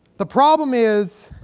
the problem is